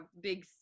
big